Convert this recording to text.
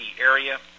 area